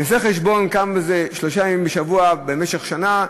נעשה חשבון כמה זה שלושה ימים בשבוע במשך שנה,